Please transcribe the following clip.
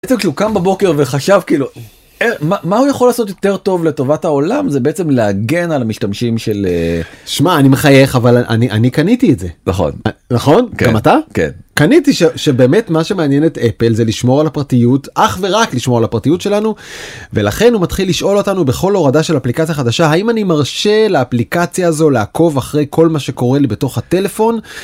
כאילו קם בבוקר וחשב כאילו מה הוא יכול לעשות יותר טוב לטובת העולם זה בעצם להגן על המשתמשים של... שמע אני מחייך אבל אני אני קניתי את זה נכון? נכון כן אתה כן, קניתי שבאמת מה שמעניין את אפל זה לשמור על הפרטיות אך ורק לשמור על הפרטיות שלנו ולכן הוא מתחיל לשאול אותנו בכל הורדה של אפליקציה חדשה האם אני מרשה לאפליקציה זו לעקוב אחרי כל מה שקורה לי בתוך הטלפון.